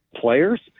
players